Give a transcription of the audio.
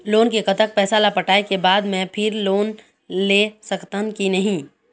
Loan के कतक पैसा ला पटाए के बाद मैं फिर लोन ले सकथन कि नहीं?